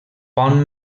pont